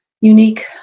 unique